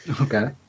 Okay